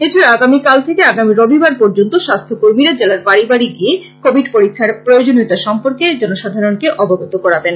এছাড়া আগামীকাল থেকে আগামী রবিবার পর্যন্ত স্বাস্থ্যকর্মীরা জেলার বাড়ি বাড়ি গিয়ে কোভিড পরীক্ষার প্রয়োজনীয়তা সম্পর্কে জনসাধারণকে অবগত করাবেন